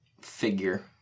figure